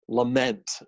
lament